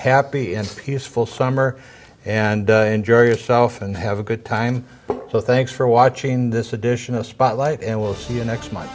happy and peaceful summer and enjoy yourself and have a good time so thanks for watching this edition of spotlight and we'll see